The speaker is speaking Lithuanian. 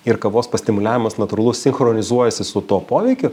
ir kavos pastimuliavimas natūralus sinchronizuojasi su tuom poveikiu